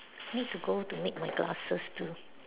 need to go to make my glasses to